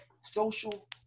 social